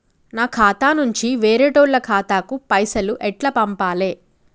నా ఖాతా నుంచి వేరేటోళ్ల ఖాతాకు పైసలు ఎట్ల పంపాలే?